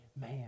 Man